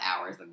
hours